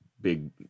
big